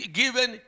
given